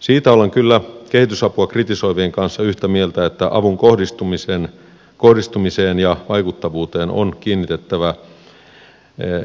siitä olen kyllä kehitysapua kritisoivien kanssa yhtä mieltä että avun kohdistumiseen ja vaikuttavuuteen on kiinnitettävä